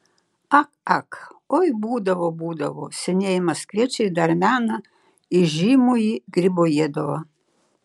ak ak oi būdavo būdavo senieji maskviečiai dar mena įžymųjį gribojedovą